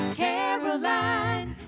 caroline